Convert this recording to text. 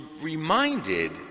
reminded